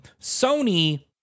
Sony